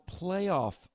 playoff